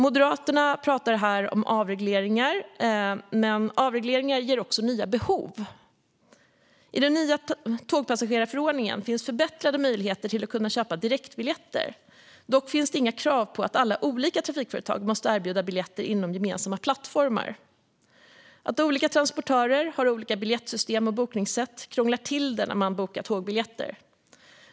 Moderaterna pratade här om avregleringar, men avregleringar skapar också nya behov. EU:s nya tågpassagerar-förordning I den nya tågpassagerarförordningen finns förbättrade möjligheter att köpa direktbiljetter. Dock finns det inga krav på att alla olika trafikföretag ska erbjuda biljetter inom gemensamma plattformar. Att olika transportörer har olika biljettsystem och bokningssätt krånglar till det när man bokar tågbiljetter.